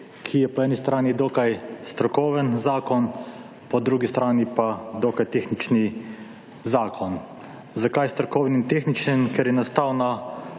ki je po eni strani dokaj strokoven zakon, po drugi strani pa dokaj tehnični zakaj. Zakaj strokovni in tehničen? Ker je nastal na